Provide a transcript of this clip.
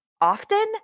often